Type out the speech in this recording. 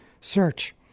search